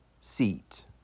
seat